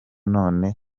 none